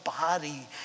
body